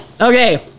Okay